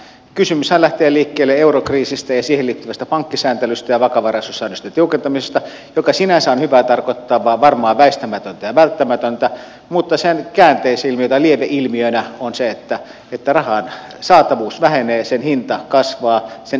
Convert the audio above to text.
kysymyshän lähtee liikkeelle eurokriisistä ja siihen liittyvästä pankkisääntelystä ja vakavaraisuussäädösten tiukentamisesta mikä sinänsä on hyvää tarkoittava varmaan väistämätöntä ja välttämätöntä mutta sen käänteisilmiönä tai lieveilmiönä on se että rahan saatavuus vähenee sen hinta kasvaa sen ehdot tiukkenevat